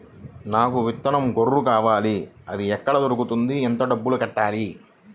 నాకు విత్తనం గొర్రు కావాలి? అది ఎక్కడ దొరుకుతుంది? ఎంత డబ్బులు కట్టాలి?